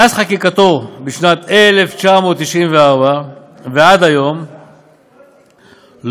מאז חקיקתו בשנת 1994 ועד היום לא